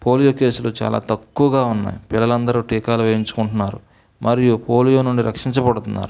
polio కేసులు చాలా తక్కువగా ఉన్నాయి పిల్లలందరూ టీకాలు వేయించుకుంటున్నారు మరియు పోలియో నుండి రక్షించబడుతున్నారు